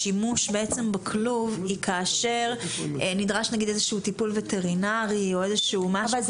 השימוש בכלוב הוא כאשר נדרש נגיד איזשהו טיפול וטרינרי או משהו.